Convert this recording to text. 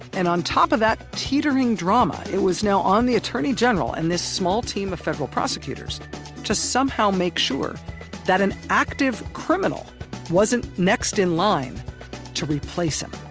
and on top of that teetering drama, it was now on the attorney general and this small team of federal prosecutors to somehow make sure that an active criminal wasn't next in line to replace him